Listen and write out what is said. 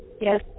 Yes